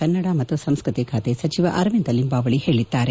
ಕನ್ನಡ ಮತ್ತು ಸಂಸ್ಕೃತಿ ಸಚಿವ ಅರವಿಂದ ಲಿಂಬಾವಳಿ ಹೇಳಿದ್ದಾರೆ